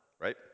right